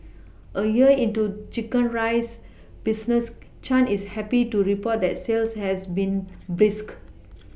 a year into chicken rice business Chan is happy to report that sales has been brisk